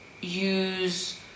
use